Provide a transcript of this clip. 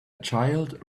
child